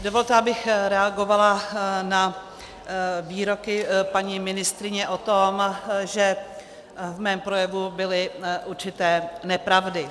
Dovolte, abych reagovala na výroky paní ministryně o tom, že v mém projevu byly určité nepravdy.